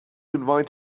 invite